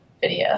video